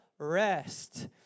rest